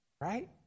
right